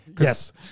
Yes